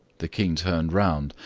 the king turned round,